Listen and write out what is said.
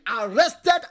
arrested